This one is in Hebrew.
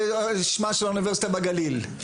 זה יהיה שמה של האוניברסיטה בגליל,